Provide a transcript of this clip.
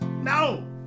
No